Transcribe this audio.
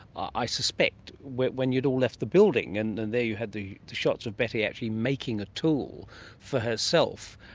i suspect, when when you'd all left the building, and and there you had the shots of betty actually making a tool for herself.